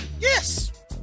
yes